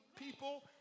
people